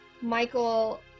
michael